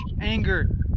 anger